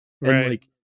Right